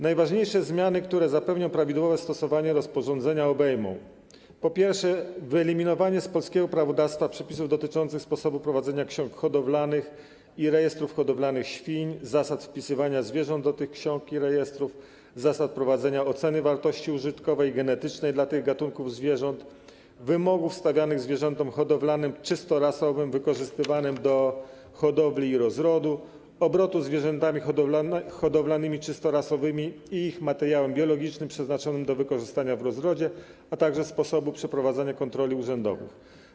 Najważniejsze zmiany, które zapewnią prawidłowe stosowanie rozporządzenia, po pierwsze, obejmą wyeliminowanie z polskiego prawodawstwa przepisów dotyczących sposobu prowadzenia ksiąg hodowlanych i rejestrów hodowlanych świń, zasad wpisywania zwierząt do tych ksiąg i rejestrów, zasad prowadzenia oceny wartości użytkowej i genetycznej dla tych gatunków zwierząt, wymogów stawianych zwierzętom hodowlanym czystorasowym wykorzystywanym do hodowli i rozrodu, obrotu zwierzętami hodowlanymi czystorasowymi i ich materiałem biologicznym przeznaczonym do wykorzystania w rozrodzie, a także sposobu przeprowadzania kontroli urzędowych.